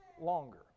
longer